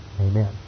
Amen